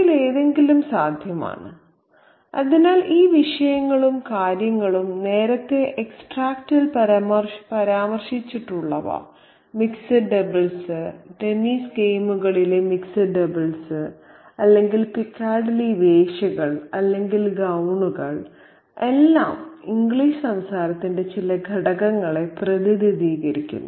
ഇവയിലേതെങ്കിലും സാധ്യമാണ് അതിനാൽ ഈ വിഷയങ്ങളും കാര്യങ്ങളും നേരത്തെ എക്സ്ട്രാക്റ്റിൽ പരാമർശിച്ചിട്ടുള്ളവ മിക്സഡ് ഡബിൾസ് ടെന്നീസ് ഗെയിമുകളിലെ മിക്സഡ് ഡബിൾസ് അല്ലെങ്കിൽ പിക്കാഡിലി വേശ്യകൾ അല്ലെങ്കിൽ ഗൌണുകൾ എല്ലാം ഇംഗ്ലീഷ് സംസ്കാരത്തിന്റെ ചില ഘടകങ്ങളെ പ്രതിനിധീകരിക്കുന്നു